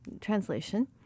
translation